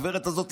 הגברת הזו,